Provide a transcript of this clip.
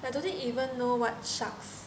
like do they even know what sharks